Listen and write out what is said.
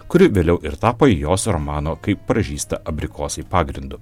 kuri vėliau ir tapo jos romano kaip pražysta abrikosai pagrindu